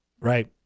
right